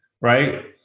Right